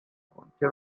کن، که